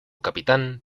capitán